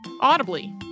Audibly